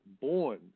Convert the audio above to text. born